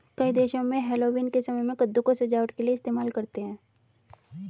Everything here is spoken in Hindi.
कई देशों में हैलोवीन के समय में कद्दू को सजावट के लिए इस्तेमाल करते हैं